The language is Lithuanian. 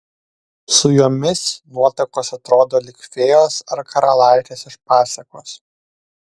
su jomis nuotakos atrodo lyg fėjos ar karalaitės iš pasakos